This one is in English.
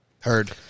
Heard